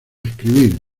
escribir